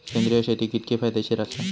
सेंद्रिय शेती कितकी फायदेशीर आसा?